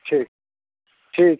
ठीक ठीक